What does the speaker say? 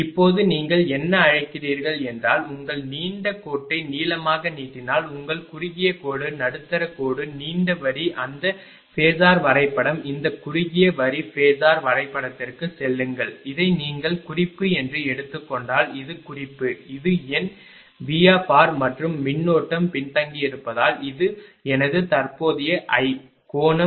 இப்போது நீங்கள் என்ன அழைக்கிறீர்கள் என்றால் உங்கள் நீண்ட கோட்டை நீளமாக நீட்டினால் உங்கள் குறுகிய கோடு நடுத்தர கோடு நீண்ட வரி அந்த ஃபேஸர் வரைபடம் அந்த குறுகிய வரி ஃபேஸர் வரைபடத்திற்குச் செல்லுங்கள் இதை நீங்கள் குறிப்பு என்று எடுத்துக் கொண்டால் இது குறிப்பு இது என் VR மற்றும் மின்னோட்டம் பின்தங்கியிருப்பதால் இது எனது தற்போதைய I கோணம்